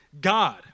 God